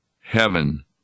heaven